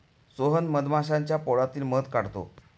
सोहन मधमाश्यांच्या पोळ्यातील मध काढतो